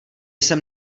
jsem